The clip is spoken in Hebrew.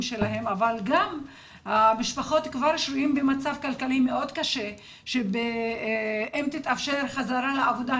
שלהם אבל המשפחות שרויות במצב כלכלי מאוד קשה ואם תתאפשר חזרה לעבודה,